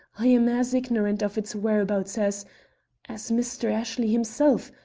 i am as ignorant of its whereabouts as as mr. ashley himself.